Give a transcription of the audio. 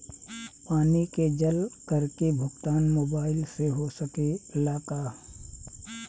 पानी के जल कर के भुगतान मोबाइल से हो सकेला का?